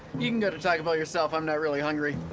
you can go to taco bell yourself, i'm not really hungry.